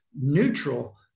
neutral